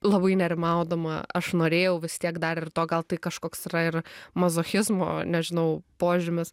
labai nerimaudama aš norėjau vis tiek dar ir to gal tai kažkoks yra ir mazochizmo nežinau požymis